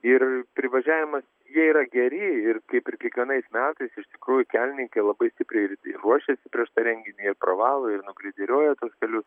ir privažiavimas jie yra geri ir kaip ir kiekvienais metais iš tikrųjų kelininkai labai stipriai ir ruošiasi prieš tą renginį ir pravalo ir nugreideriuoja tuos kelius